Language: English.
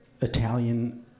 Italian